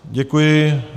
Děkuji.